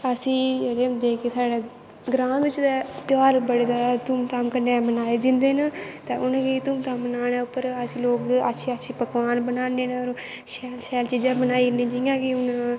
अस जेह्ड़े होंदे कि साढ़े ग्रांऽ बिच्च ते तेहार बड़े जैदा धूम धाम कन्नै मनाए जंदे न ते उ'नें गी धूम धाम मनाने उप्पर अस लोग अच्छे अच्छे पकवान बनाने न होर शैल शैल चीजां बनाई ओड़ने जियां कि